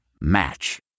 Match